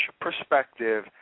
perspective